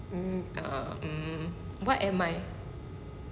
mm uh mm what am I